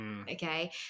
Okay